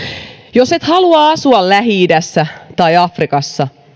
jos et halua asua lähi idässä tai afrikassa